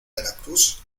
veracruz